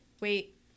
Wait